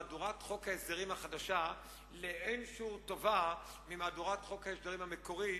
מהדורת חוק ההסדרים החדשה לאין שיעור טובה ממהדורת חוק ההסדרים המקורית,